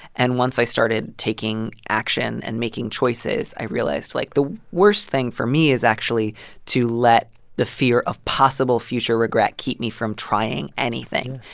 and once i started taking action and making choices, i realized, like, the worst thing for me is actually to let the fear of possible future regret keep me from trying anything.